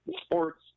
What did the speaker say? sports